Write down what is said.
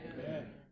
Amen